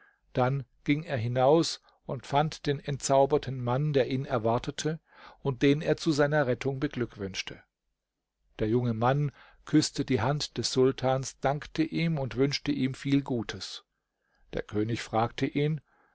dann ging er hinaus und fand den entzauberten mann der ihn erwartete und den er zu seiner rettung beglückwünschte der junge mann küßte die hand des sultans dankte ihm und wünschte ihm viel gutes der könig fragte ihn